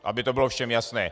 Aby to bylo všem jasné.